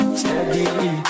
steady